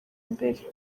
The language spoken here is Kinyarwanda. mbere